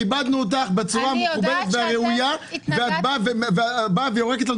התייחסנו אלייך בצורה מכובדת ואת יורקת לנו